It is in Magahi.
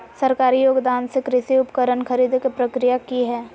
सरकारी योगदान से कृषि उपकरण खरीदे के प्रक्रिया की हय?